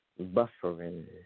buffering